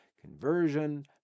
conversion